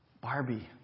Barbie